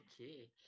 okay